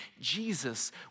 Jesus